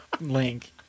Link